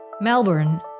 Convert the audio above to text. Melbourne